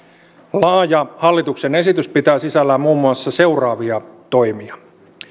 laaja hallituksen esitys pitää sisällään muun muassa seuraavia toimia